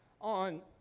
on